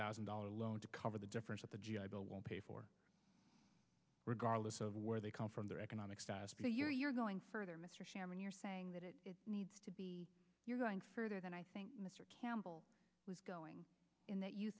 thousand dollar loan to cover the difference at the g i bill will pay for regardless of where they come from their economic status you're you're going further mr chairman you're saying that it needs to be you're going further than i think mr campbell was going in that you